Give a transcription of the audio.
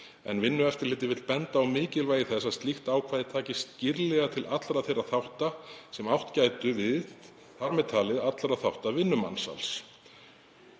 en Vinnueftirlitið vill benda á mikilvægi þess að slíkt ákvæði taki skýrlega til allra þeirra þátta sem átt gætu við, þ.m.t. allra þátta vinnumansals.